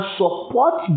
support